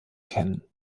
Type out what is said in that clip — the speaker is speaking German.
kennen